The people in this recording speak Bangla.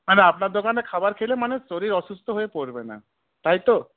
ও মানে আপনার দোকানে খাবার খেলে মানে শরীর অসুস্থ হয়ে পরবে না তাইতো